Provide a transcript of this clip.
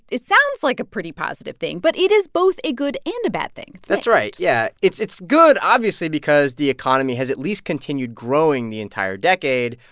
it sounds like a pretty positive thing, but it is both a good and a bad thing that's right. yeah, it's it's good, obviously, because the economy has at least continued growing the entire decade,